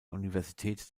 universität